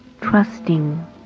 trusting